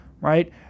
right